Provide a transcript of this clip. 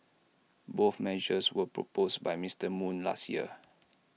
both measures were proposed by Mister moon last year